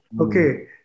Okay